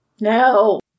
No